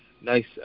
nice